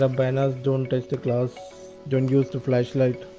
ah banners don't touch the class don't use the flashlight.